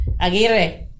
Aguirre